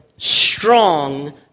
Strong